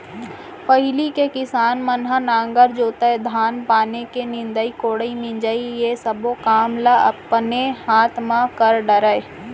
पहिली के किसान मन ह नांगर जोतय, धान पान के निंदई कोड़ई, मिंजई ये सब्बो काम ल अपने हाथ म कर डरय